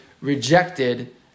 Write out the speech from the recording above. rejected